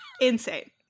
insane